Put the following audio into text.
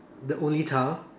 the only child